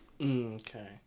Okay